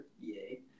yay